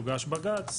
יוגש בג"צ.